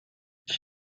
ich